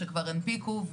שכבר הנפיקו,